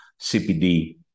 CPD